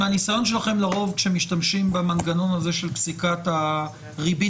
מהניסיון שלכם לרוב כאשר משתמשים במנגנון הזה של פסיקת הריבית,